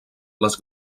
les